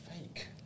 fake